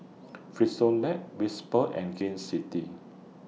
Frisolac Whisper and Gain City